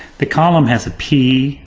the column has a p,